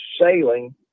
sailing